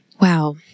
Wow